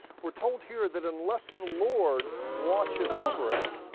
we're told here that unless the lord watches over it,